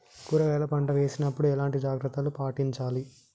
కూరగాయల పంట వేసినప్పుడు ఎలాంటి జాగ్రత్తలు పాటించాలి?